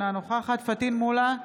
אינה נוכחת פטין מולא,